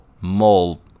Mold